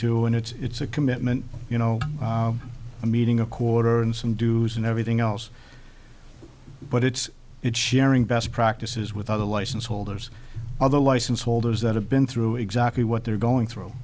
and it's a commitment you know a meeting a quarter and some do and everything else but it's it sharing best practices without a license holders other license holders that have been through exactly what they're going through